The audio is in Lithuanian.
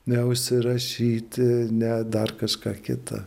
neužsirašyti ne dar kažką kita